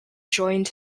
joined